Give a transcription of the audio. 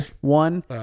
one